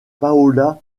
paola